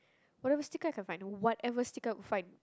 whatever sticker I can find whatever sticker I would find